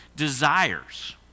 desires